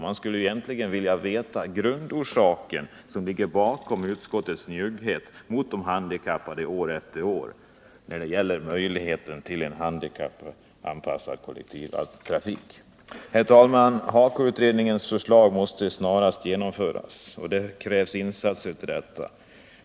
Man skulle egentligen vilja veta vad som är grundorsaken bakom utskottets njugghet mot handikappade år efter år när det gäller möjligheten till handikappanpassad kollektivtrafik. Herr talman! HAKO-utredningens förslag måste snarast genomföras, och det krävs insatser för detta.